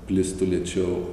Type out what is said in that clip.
plistų lėčiau